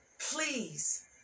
please